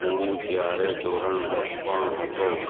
હું જ્યારે ધોરણ દસમાં હતો